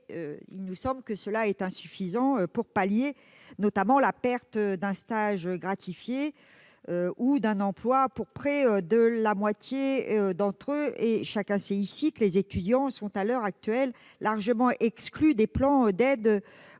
cela nous semble insuffisant pour pallier, notamment, la perte d'un stage gratifié ou d'un emploi pour près de la moitié d'entre eux. Or, chacun le sait ici, les étudiants sont actuellement largement exclus des plans d'aide